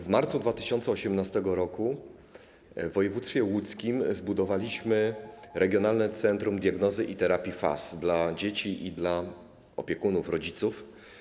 W marcu 2018 r. w województwie łódzkim zbudowaliśmy regionalne centrum diagnozy i terapii FASD dla dzieci i dla opiekunów, rodziców.